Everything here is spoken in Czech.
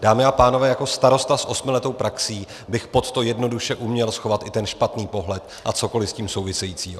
Dámy a pánové, jako starosta s osmiletou praxí bych pod to jednoduše uměl schovat i ten špatný pohled a cokoli s tím souvisejícího.